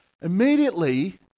Immediately